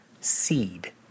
seed